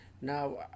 Now